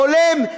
הולם,